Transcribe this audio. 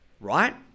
right